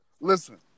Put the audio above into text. Listen